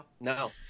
No